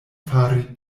fari